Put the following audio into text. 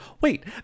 wait